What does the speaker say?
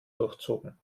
durchzogen